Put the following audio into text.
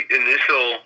initial